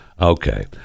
Okay